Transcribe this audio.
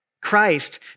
Christ